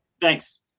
Thanks